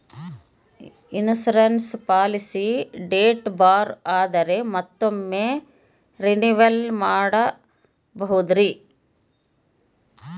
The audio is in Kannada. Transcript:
ಇನ್ಸೂರೆನ್ಸ್ ಪಾಲಿಸಿ ಡೇಟ್ ಬಾರ್ ಆದರೆ ಮತ್ತೊಮ್ಮೆ ರಿನಿವಲ್ ಮಾಡಬಹುದ್ರಿ?